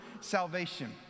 salvation